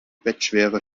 bettschwere